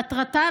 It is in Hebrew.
מטרתה,